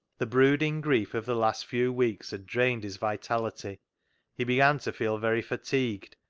the brooding grief of the last few weeks had drained his vitality he began to feel very fatigued,